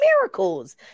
miracles